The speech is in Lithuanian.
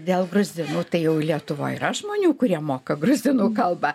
dėl gruzinų tai jau lietuvoj yra žmonių kurie moka gruzinų kalbą